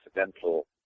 accidental